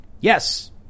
yes